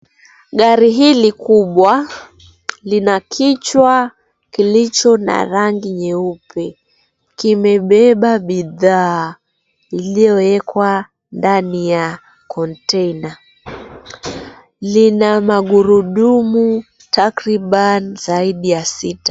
Gari hili kubwa lina kichwa chenye rangi nyeupe, limebeba bidhaa zilizowekwa ndani ya container , na lina magurudumu zaidi ya sita.